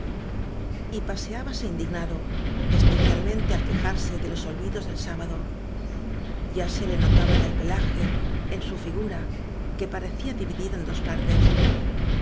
paseábase indignado especialmente ai quejarse oe los olvidos del sábado ya se le notaba en el pelaje en su figura que parecía dividida en dospartes